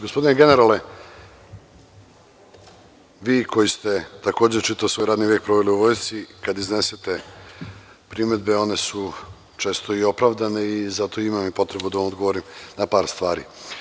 Gospodine generale, vi koji ste takođe čitav svoj radni vek proveli u vojsci, kada iznesete primedbe, one su često i opravdane i zato imam potrebu da odgovorim na par stvari.